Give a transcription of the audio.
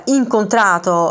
incontrato